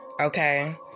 Okay